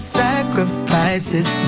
sacrifices